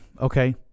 okay